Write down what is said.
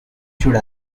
should